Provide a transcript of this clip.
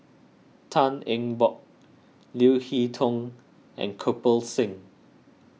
Tan Eng Bock Leo Hee Tong and Kirpal Singh